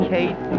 Kate